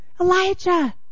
Elijah